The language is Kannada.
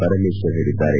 ಪರಮೇಶ್ವರ್ ಹೇಳಿದ್ದಾರೆ